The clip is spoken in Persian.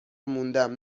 موندم